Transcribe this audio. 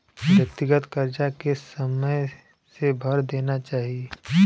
व्यक्तिगत करजा के समय से भर देना चाही